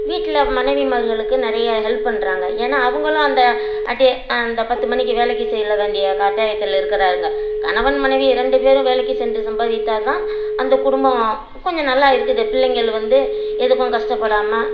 வீட்டில மனைவி மார்களுக்கு நிறைய ஹெல்ப் பண்ணுறாங்க ஏன்னா அவங்களும் அந்த அந்த பத்து மணிக்கு வேலைக்கு சேர வேண்டிய கட்டாயத்தில் இருக்கிறாங்க கணவன் மனைவி இரண்டு பேரும் வேலைக்கு சென்று சம்பாதித்தால் தான் அந்த குடும்பம் கொஞ்சம் நல்லா இருக்குது பிள்ளைங்கள் வந்து எதுக்கும் கஷ்டப்படாமல்